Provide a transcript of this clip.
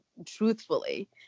truthfully